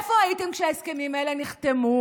איפה הייתם כשההסכמים האלה נחתמו?